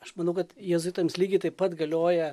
aš manau kad jėzuitams lygiai taip pat galioja